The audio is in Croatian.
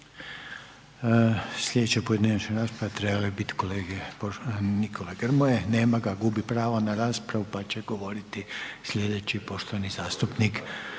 Slijedeća pojedinačna rasprava trebala bi bit kolege Nikole Grmoje. Nema ga, gubi pravo na raspravu, pa će govoriti slijedeći poštovani zastupnik